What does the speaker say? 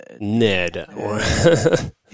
Ned